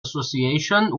association